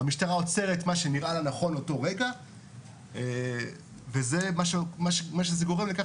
המשטרה עוצרת מה שנראה לה נכון לאותו רגע ומה שזה גורם לכך